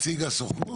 יש נציג הסוכנות.